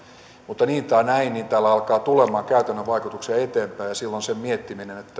mutta niin tai näin täällä alkaa tulemaan käytännön vaikutuksia eteenpäin ja silloin sen miettimisessä